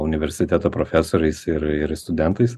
universiteto profesoriais ir ir studentais